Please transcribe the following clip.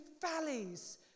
valleys